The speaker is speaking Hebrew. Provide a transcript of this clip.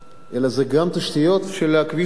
אלא גם תשתיות קבועות של כביש-90,